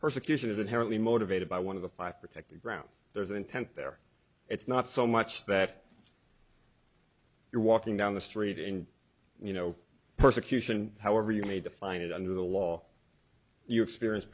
persecution of inherently motivated by one of the five protected grounds there's an intent there it's not so much that you're walking down the street and you know persecution however you may define it under the law you experience